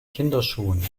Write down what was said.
kinderschuhen